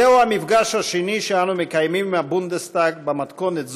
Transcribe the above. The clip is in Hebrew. זהו המפגש השני שאנו מקיימים עם הבונדסטאג במתכונת זו,